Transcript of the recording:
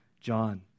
John